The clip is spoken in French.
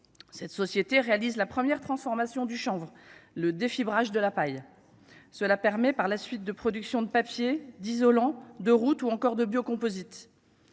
Cette société réalise la première transformation du chanvre, le défi barrage de la paille, cela permet par la suite de production de papier d'isolant de route ou encore de bio-composites,